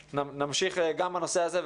נמשיך לעסוק גם בנושא הזה,